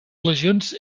legions